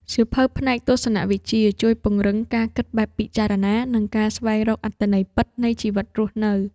សៀវភៅផ្នែកទស្សនវិជ្ជា ជួយពង្រឹងការគិតបែបពិចារណា និងការស្វែងរកអត្ថន័យពិតនៃជីវិតរស់នៅ។